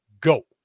go